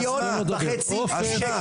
מיליון וחצי שקל.